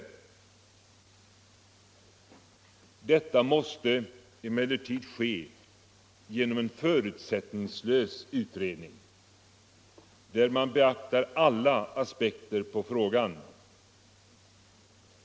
Detta måste emellertid ske genom en förutsättningslös utredning, där man beaktar alla aspekter på frågan.